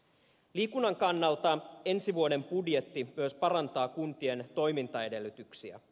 liikunnan kannalta ensi vuoden budjetti myös parantaa kuntien toimintaedellytyksiä